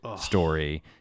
story